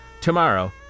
tomorrow